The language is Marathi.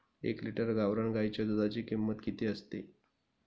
एक लिटर गावरान गाईच्या दुधाची किंमत किती असते?